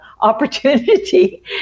opportunity